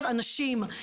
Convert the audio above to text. שינוי,